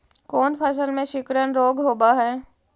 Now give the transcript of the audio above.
कोन फ़सल में सिकुड़न रोग होब है?